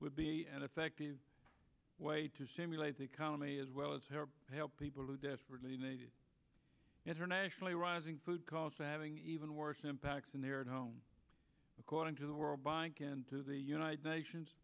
would be an effective way to stimulate the economy as well as help help people who desperately need it internationally rising food costs adding even worse acts in their home according to the world bank and to the united nations